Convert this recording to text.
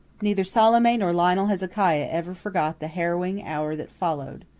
neither salome nor lionel hezekiah ever forgot the harrowing hour that followed.